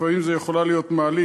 לפעמים זו יכולה להיות מעלית,